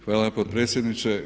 Hvala potpredsjedniče.